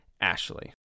Ashley